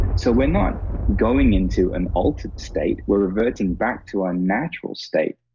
so, we're not going into an altered state, we're reverting back to our natural state,